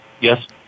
yes